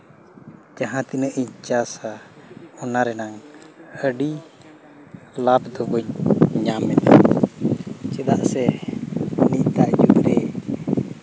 ᱡᱟᱦᱟᱸ ᱛᱤᱱᱟᱹᱝ ᱤᱧ ᱪᱟᱥᱟ ᱚᱱᱟ ᱨᱮᱱᱟᱝ ᱟᱹᱰᱤ ᱞᱟᱵᱷ ᱫᱚ ᱵᱟᱹᱧ ᱧᱟᱢᱮᱫᱟ ᱪᱮᱫᱟᱜ ᱥᱮ ᱱᱤᱛᱟᱜ ᱡᱩᱜᱽ ᱨᱮ